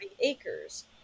acres